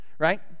Right